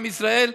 עם ישראל,